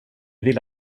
ville